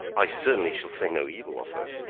i certainly shall say no evil of her.